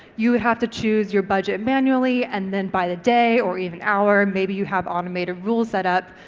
you would have to choose your budget manually, and then by the day or even hour, maybe you have automated rule set up,